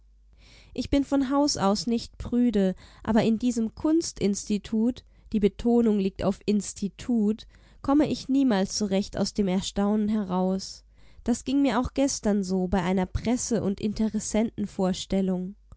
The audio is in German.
ich bin von haus aus nicht prüde aber in diesem kunst-institut die betonung liegt auf institut komme ich niemals so recht aus dem erstaunen heraus das ging mir auch gestern so bei einer presse und